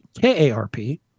K-A-R-P